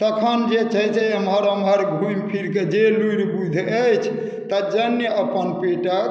तखन जे छै से एम्हर ओम्हर घुमि फिरिके जे लूरि बुद्धि अछि तत्जन्य अपन पेटक